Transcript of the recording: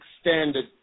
Standard